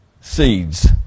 seeds